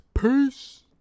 Peace